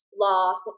loss